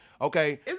Okay